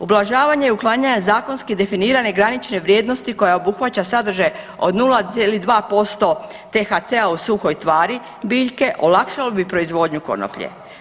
Ublažavanje uklanjanja zakonski definirane granične vrijednosti koje obuhvaća sadržaje od 0,2% THC-a u suhoj tvari biljke olakšalo bi proizvodnju konoplje.